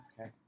okay